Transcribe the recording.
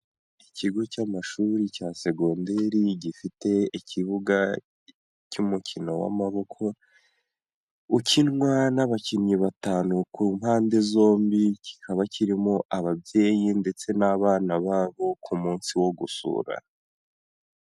Ikigo cy'amashuri cya segonderi gifite ikibuga cy'umukino w'amaboko ukinwa n'abakinnyi batanu ku mpande zombi, kikaba kirimo ababyeyi ndetse n'abana babo ku munsi wo gusura.